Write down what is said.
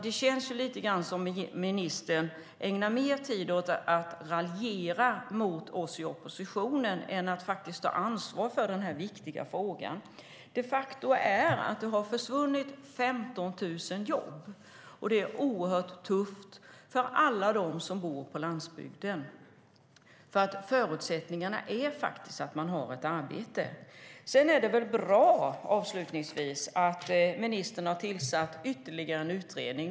Det känns lite grann som att ministern ägnar mer tid åt att raljera mot oss i oppositionen än att ta ansvar för denna viktiga fråga. Faktum är att det har försvunnit 15 000 jobb. Det är oerhört tufft för alla dem som bor på landsbygden. Förutsättningen är att de har ett arbete. Det är bra att regeringen har tillsatt en utredning.